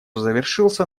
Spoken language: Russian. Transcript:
завершился